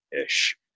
ish